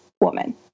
woman